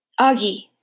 Augie